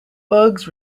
bugs